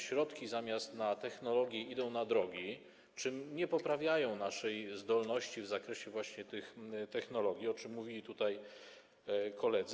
Środki zamiast na technologię idą na drogi, czyli nie poprawiają naszej zdolności w zakresie właśnie tej technologii, o czym mówili tutaj koledzy.